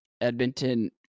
Edmonton